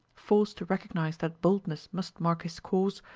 forced to recognize that boldness must mark his course,